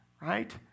Right